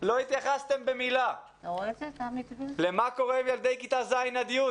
לא התייחסתם במילה למה קורה עם ילדי כיתה ז' עד י',